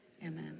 Amen